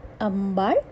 Ambal